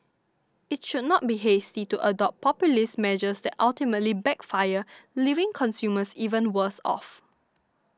it should not be hasty to adopt populist measures that ultimately backfire leaving consumers even worse off